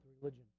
religion